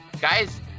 guys